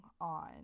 on